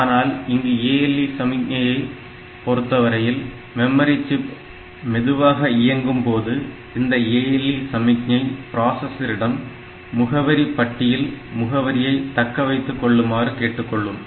ஆனால் இங்கு ALE சமிக்ஞையை பொருத்தவரை மெமரி சிப் மெதுவாக இயங்கும்போது இந்த ALE சமிக்ஞை பிராசசரிடம் முகவரி பட்டியில் முகவரியை தக்கவைத்துக் கொள்ளுமாறு கேட்டுக்கொள்ளும்